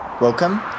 Welcome